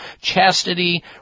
chastity